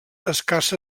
escassa